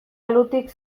alutik